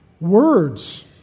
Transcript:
Words